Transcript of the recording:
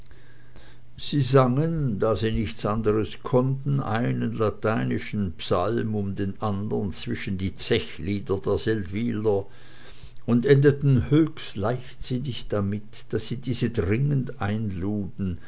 sie sangen da sie nichts anderes konnten einen lateinischen psalm um den andern zwischen die zechlieder der seldwyler und endeten höchst leichtsinnig damit daß sie diese dringend einluden